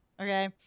Okay